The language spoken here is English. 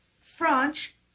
French